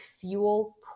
fuel